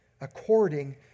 according